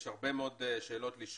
יש עוד הרבה שאלות לשאול.